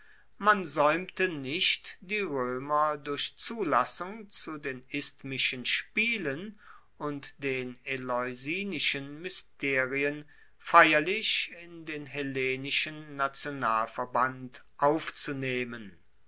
man saeumte nicht die roemer durch zulassung zu den isthmischen spielen und den eleusinischen mysterien feierlich in den hellenischen nationalverband aufzunehmen